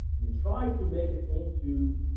we tried to make it into